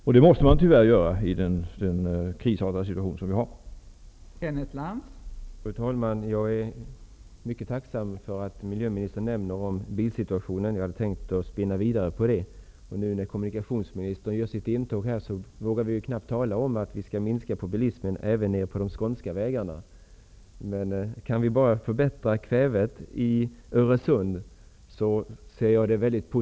Det här måste tyvärr göras i den krisartade situation som vi befinner oss i.